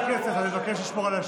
הבנתי.